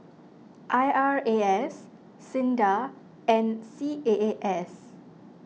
I R A S Sinda and C A A S